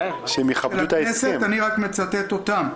אני רק מצטט אותם.